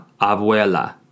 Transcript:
abuela